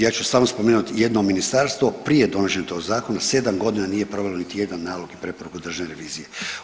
Ja ću samo spomenuti jedno ministarstvo prije donošenja tog zakona sedam godina nije provelo niti jedan nalog ni preporuku državne revizije.